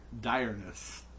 direness